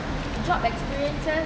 job experiences